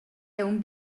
aunc